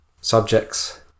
subjects